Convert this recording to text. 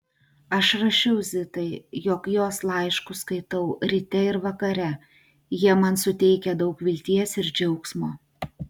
aš rašiau zitai jog jos laiškus skaitau ryte ir vakare jie man suteikia daug vilties ir džiaugsmo